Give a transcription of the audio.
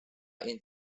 inti